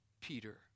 Peter